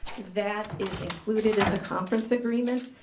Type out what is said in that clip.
that is included in the conference agreement.